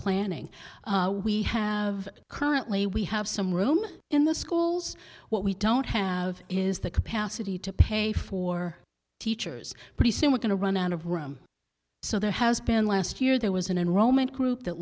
planning we have currently we have some room in the schools what we don't have is the capacity to pay for teachers pretty soon we're going to run out of room so there has been last year there was an enrollment group that